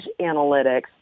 analytics